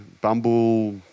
Bumble